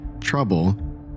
trouble